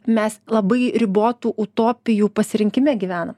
mes labai ribotų utopijų pasirinkime gyvenam